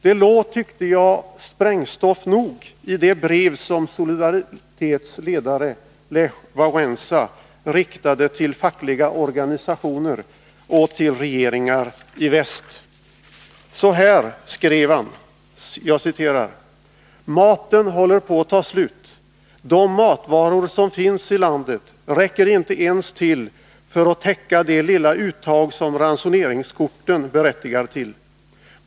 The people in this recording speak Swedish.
Det låg, tyckte jag, sprängstoff nog i det brev som Solidaritets ledare Lech Walesa riktade till fackliga organisationer och till regeringar i väst. Så här skrev han: ”Maten håller på att ta slut. De matvaror som finns i landet räcker inte ens till för att täcka det lilla uttag som ransoneringskorten berättigar till.